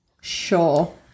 Sure